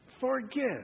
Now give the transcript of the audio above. forgive